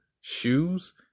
shoes